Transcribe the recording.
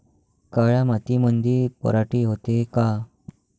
काळ्या मातीमंदी पराटी होते का?